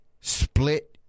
split